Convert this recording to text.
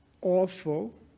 awful